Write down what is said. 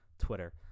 twitter